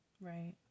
Right